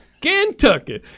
Kentucky